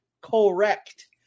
correct